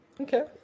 okay